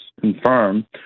confirm